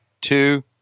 two